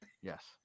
Yes